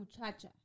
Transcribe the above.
muchacha